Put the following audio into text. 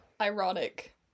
ironic